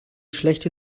schlechte